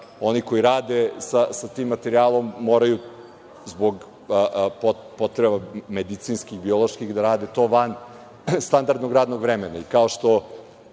oni koji rade sa tim materijalom moraju zbog potreba medicinskih, bioloških da rade to van standardnog radnog vremena.